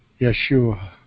Yeshua